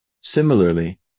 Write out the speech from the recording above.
Similarly